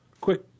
Quick